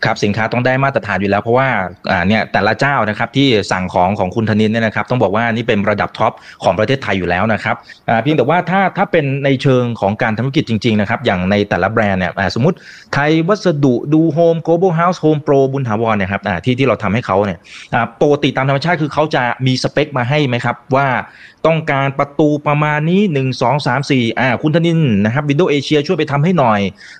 ครับ สินค้าต้องได้มาตรฐานอยู่แล้ว เพราะว่า อ่า เนี่ยแต่ละเจ้านะครับที่สั่งของของคุณธนินเนี่ยนะครับ ต้องบอกว่านี่เป็นระดับท็อปของประเทศไทยอยู่แล้วนะครับ อ่า เพียงแต่ว่าถ้า- ถ้าเป็นในเชิงของการทำธุรกิจจริงๆ นะครับ อย่างในแต่ละแบรนด์เนี่ย อ่า สมมุติไทยวัสดุ ดูโฮม Global House Home Pro บุญถาวรเนี่ยครับ อ่า ที่- ที่เราทำให้เขาเนี่ย อ่า ปกติตามธรรมชาติคือเขาจะมีสเปคมาให้ไหมครับ ว่าต้องการประตูประมาณนี้ หนึ่ง สอง สาม สี่ อ่า คุณธนินนะครับ Windows Asia ช่วยไปทำให้หน่อย